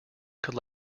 could